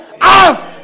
Ask